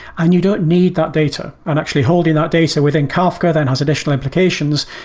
and you don't need that data. and actually holding that data within kafka then has additional implications.